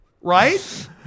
right